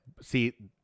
see